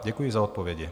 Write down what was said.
Děkuji za odpovědi.